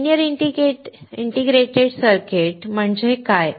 linear indicator circuits म्हणजे काय